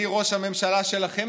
אני ראש הממשלה שלכם,